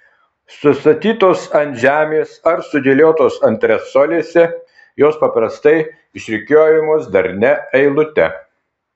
sustatytos ant žemės ar sudėliotos antresolėse jos paprastai išrikiuojamos darnia eilute